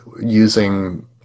using